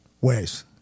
Ways